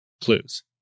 clues